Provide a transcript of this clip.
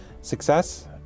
success